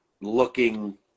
looking